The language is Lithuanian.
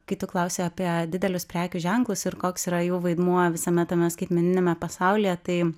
kai tu klausi apie didelius prekių ženklus ir koks yra jų vaidmuo visame tame skaitmeniniame pasaulyje tai